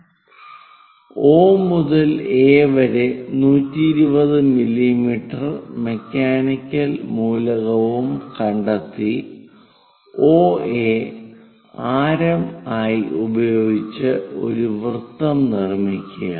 'O' മുതൽ 'A' വരെ 120 millimetre mechanical മൂലകവും കണ്ടെത്തി OA ആരം ആയി ഉപയോഗിച്ച് ഒരു വൃത്തം നിർമ്മിക്കുക